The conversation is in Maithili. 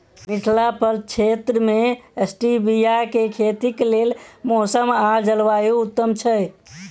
मिथिला प्रक्षेत्र मे स्टीबिया केँ खेतीक लेल मौसम आ जलवायु उत्तम छै?